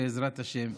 בעזרת השם.